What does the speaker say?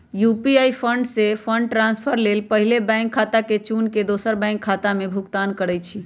UPI से fund transfer लेल पहिले बैंक खता के चुन के दोसर बैंक खता से भुगतान करइ छइ